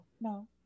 no